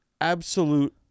Absolute